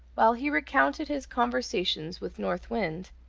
while he recounted his conversations with north wind,